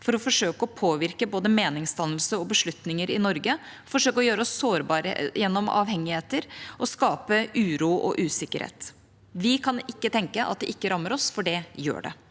for å forsøke å påvirke både meningsdannelse og beslutninger i Norge, forsøke å gjøre oss sårbare gjennom avhengigheter og skape uro og usikkerhet. Vi kan ikke tenke at det ikke rammer oss, for det gjør det.